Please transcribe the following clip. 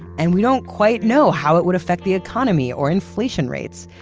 and we don't quite know how it would affect the economy or inflation rates.